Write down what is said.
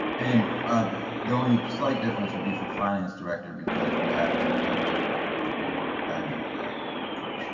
and ah the only slight difference would be for finance director because we have to we have a little bit of work to do on the back end of that first.